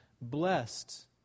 Blessed